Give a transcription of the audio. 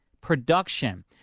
production